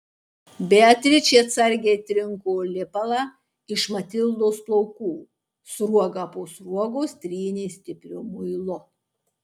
beatričė atsargiai trinko lipalą iš matildos plaukų sruogą po sruogos trynė stipriu muilu